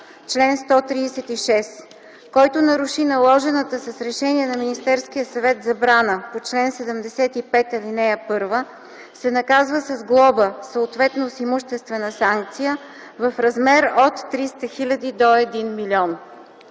„Чл. 136. Който наруши наложената с решение на Министерския съвет забрана по чл. 75, ал. 1 се наказва с глоба, съответно с имуществена санкция в размер от 300 000 до 1 000